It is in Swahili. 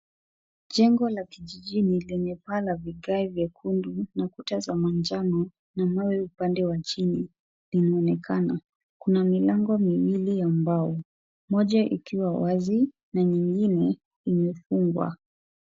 Jengo la kijijini lenye paa la vigai vyekundu na kuta za manjano na mawe upande wa chini linaonekana. Kuna milango miwili ya mbao, moja ikiwa wazi na nyingine imefungwa.